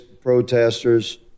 protesters